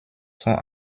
sont